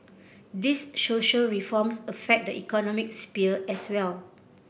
these social reforms affect the economic sphere as well